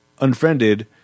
Unfriended